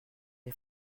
est